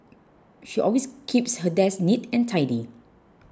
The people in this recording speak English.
she always keeps her desk neat and tidy